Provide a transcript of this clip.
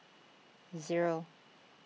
zero